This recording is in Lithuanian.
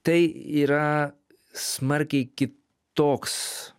tai yra smarkiai kitoks